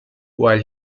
while